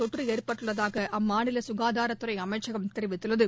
தொற்று ஏற்பட்டள்ளதாக அம்மாநில சுகாதார அமைச்சகம் தெரிவித்துள்ளது